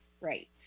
right